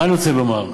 מה אני רוצה לומר?